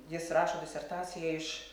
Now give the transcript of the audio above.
jis rašo disertaciją iš